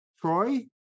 Troy